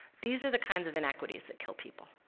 these are the kinds of inequities that kill people.